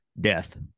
death